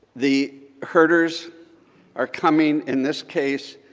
the herders are coming, in this case,